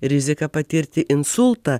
rizika patirti insultą